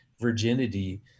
virginity